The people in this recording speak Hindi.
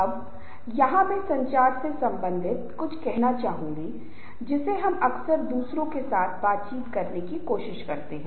प्प्रोमोटीवे कम्युनिकेशन और काउंटरएक्टिव कम्युनिकेशन समूहों को कार्य पर रखने के तरीके हैं